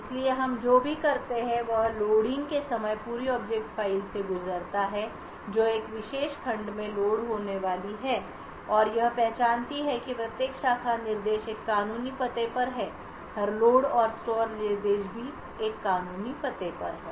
इसलिए हम जो भी करते हैं वह लोडिंग के समय पूरी ऑब्जेक्ट फाइल से गुजरता है जो एक विशेष खंड में लोड होने वाली होती है और यह पहचानती है कि प्रत्येक शाखा निर्देश एक कानूनी पते पर है हर लोड और स्टोर निर्देश भी एक कानूनी पते पर है